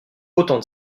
autant